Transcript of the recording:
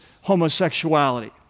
homosexuality